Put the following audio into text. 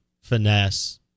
finesse